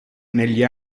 negli